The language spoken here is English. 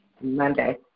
Monday